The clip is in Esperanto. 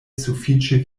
sufiĉe